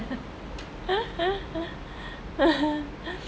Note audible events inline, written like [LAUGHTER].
[LAUGHS] [BREATH] [LAUGHS]